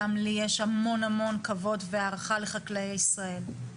גם לי יש המון המון כבוד והערכה לחקלאי ישראל.